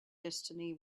destiny